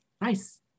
nice